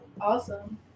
Awesome